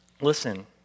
Listen